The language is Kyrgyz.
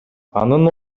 анын